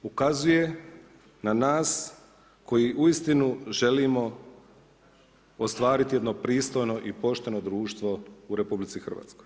Ukazuje na nas koji uistinu želimo ostvariti jedno pristojno i pošteno društvo u RH.